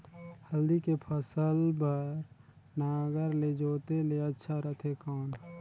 हल्दी के फसल बार नागर ले जोते ले अच्छा रथे कौन?